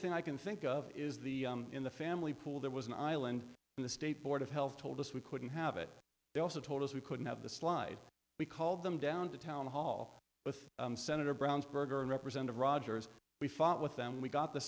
thing i can think of is the in the family pool there was an island in the state board of health told us we couldn't have it they also told us we couldn't have the slide we call them down to town hall with senator brown's burger and represented rogers we fought with them we got the